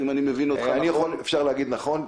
אם אני מבין אותך נכון --- לפי דעתי